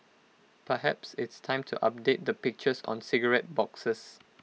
perhaps it's time to update the pictures on cigarette boxes